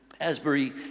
Asbury